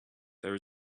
there